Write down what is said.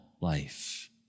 life